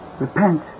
Repent